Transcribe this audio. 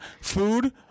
Food